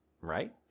right